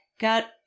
got